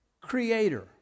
creator